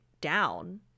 down